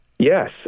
Yes